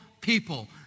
people